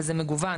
וזה מגוון.